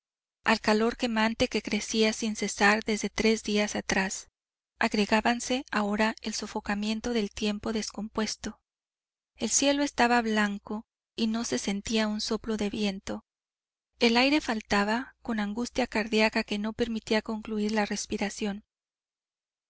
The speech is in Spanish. al calor quemante que crecía sin cesar desde tres días atrás agregábase ahora el sofocamiento del tiempo descompuesto el cielo estaba blanco y no se sentía un soplo de viento el aire faltaba con angustia cardíaca que no permitía concluir la respiración